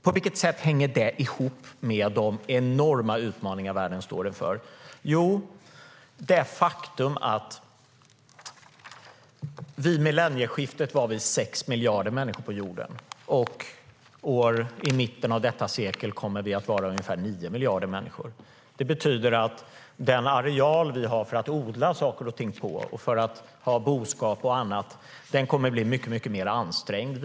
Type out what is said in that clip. På vilket sätt hänger det ihop med de enorma utmaningar världen står inför? Jo, det faktum att vi vid millennieskiftet var 6 miljarder människor på jorden och kommer i mitten av det här seklet att vara ungefär 9 miljarder innebär att den areal vi har till att odla saker på, och till att ha boskap och annat på, kommer att bli mycket mer ansträngd.